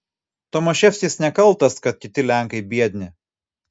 tomaševskis nekaltas kad kiti lenkai biedni